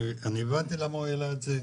אני הבנתי למה הוא העלה את זה.